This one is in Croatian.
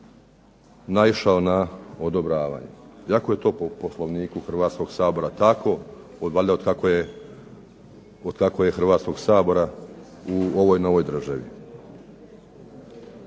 naišao na odobravanje, iako je to Poslovniku Hrvatskog sabora tako od valjda otkako je Hrvatskog sabora u ovoj novoj državi.